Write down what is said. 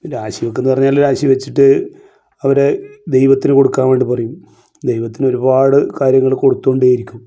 രാശി വെക്കും എന്ന് പറഞ്ഞാൽ രാശി വെച്ചിട്ട് അവർ ദൈവത്തിന് കൊടുക്കാൻ വേണ്ടി പറയും ദൈവത്തിന് ഒരുപാട് കാര്യങ്ങൾ കൊടുത്തുകൊണ്ടേ ഇരിക്കും